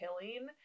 killing